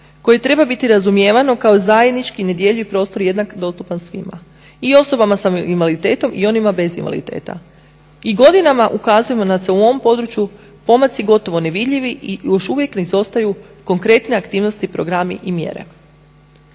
koje treba biti razumijevano kao zajednički nedjeljiv prostor jednak dostupan svima i osobama s invaliditetom i onima bez invaliditeta. I godinama ukazujemo da se u ovom području pomaci gotovo nevidljivi i još uvijek ne izostaju konkretne aktivnosti, programi i mjere.